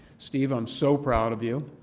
steve, i'm so proud of you.